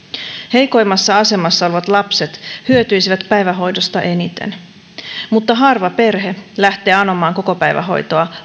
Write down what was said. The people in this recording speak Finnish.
heikoimmassa asemassa olevat lapset hyötyisivät päivähoidosta eniten mutta harva perhe lähtee anomaan kokopäivähoitoa